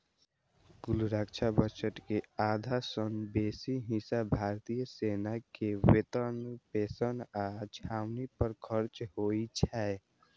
कुल रक्षा बजट के आधा सं बेसी हिस्सा भारतीय सेना के वेतन, पेंशन आ छावनी पर खर्च होइ छै